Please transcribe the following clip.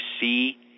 see –